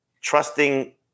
trusting –